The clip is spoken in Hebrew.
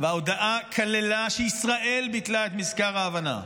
וההודעה כללה שישראל ביטלה את מזכר ההבנה.